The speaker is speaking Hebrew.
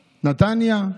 נתניה,